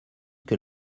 que